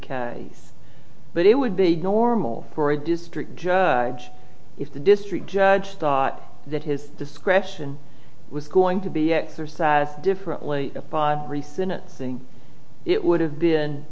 house but it would be normal for a district judge if the district judge thought that his discretion was going to be exercised differently upon recent sing it would have been